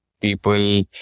people